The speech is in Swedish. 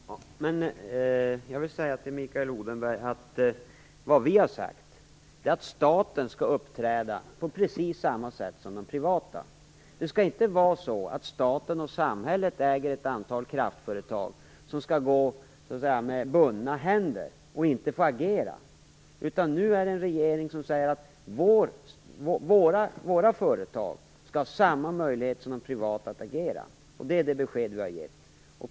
Fru talman! Jag vill säga till Mikael Odenberg att det vi har sagt är att staten skall uppträda på precis samma sätt som de privata företagen. Det skall inte vara så att staten och samhället äger ett antal kraftföretag som så att säga skall gå med bundna händer och inte få agera. Nuvarande regering säger att våra företag skall ha samma möjligheter som de privata att agera. Det är det besked vi har gett.